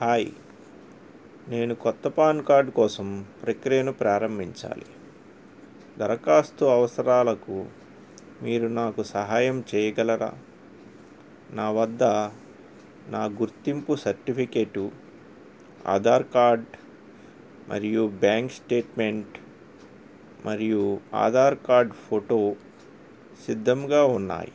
hi నేను కొత్త PAN card కోసం ప్రక్రియను ప్రారంభించాలి దరఖాస్తు అవసరాలకు మీరు నాకు సహాయం చేయగలరా నా వద్ద నా గుర్తింపు సర్టిఫికేటు ఆధార్ కార్డ్ మరియు బ్యాంక్ స్టేట్మెంట్ మరియు ఆధార్ కార్డ్ ఫోటో సిద్ధంగా ఉన్నాయి